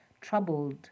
troubled